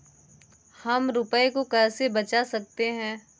हम रुपये को कैसे बचा सकते हैं?